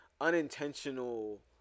unintentional